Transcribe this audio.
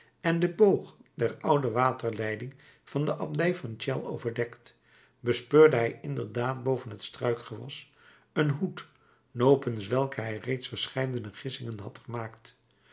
en den boog der oude waterleiding van de abdij van chelles overdekt bespeurde hij inderdaad boven het struikgewas een hoed nopens welken hij reeds verscheidene gissingen had gemaakt